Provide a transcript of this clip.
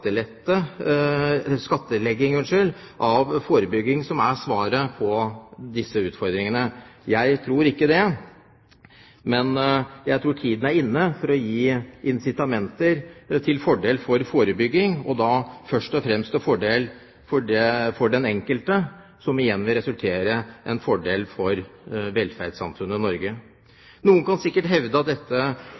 livsstilssykdommer, er skattlegging av forebygging som er svaret på disse utfordringene. Jeg tror ikke det, men jeg tror tiden er inne til å gi incitamenter til fordel for forebygging – og da først og fremst til fordel for den enkelte, noe som igjen vil resultere i en fordel for velferdssamfunnet Norge. Noen kan sikkert hevde at dette